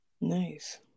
nice